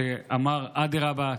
שאמר: אדרבא,